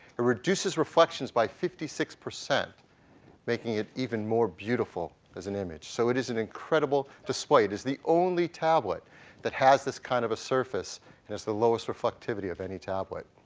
it reduces reflections by fifty six percent making it even more beautiful as an image. so, it is an incredible display. it is the only tablet that has this kind of a surface and has the lowest reflectivity of any tablet.